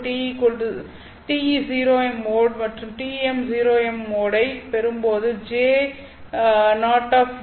ʋ0 TE0m mode மற்றும் TM0m மோடை பெறும்போது J0ua00